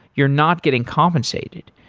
you're not getting compensated.